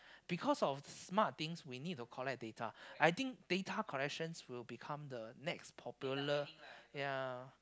because of smart things we need to collect data I think data collections will become the next popular